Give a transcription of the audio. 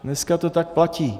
Dneska to tak platí.